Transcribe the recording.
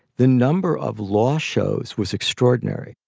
the number of law shows was extraordinary.